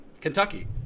Kentucky